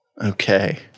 Okay